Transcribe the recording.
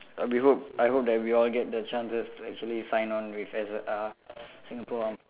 uh we hope I hope that we all get the chances to actually sign on with S uh Singapore armed f~